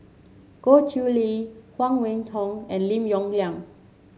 Goh Chiew Lye Huang Wenhong and Lim Yong Liang